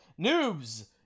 noobs